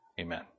Amen